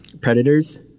Predators